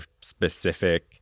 specific